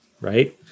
Right